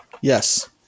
Yes